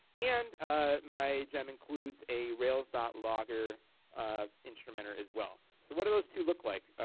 and ah my gem includes a rails dot logger um instrumenter as well. so what do those two look like?